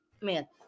man